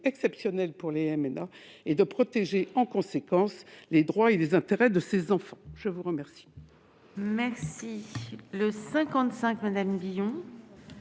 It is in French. exceptionnelles pour les MNA et de protéger en conséquence les droits et les intérêts de ces enfants. L'amendement